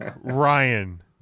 Ryan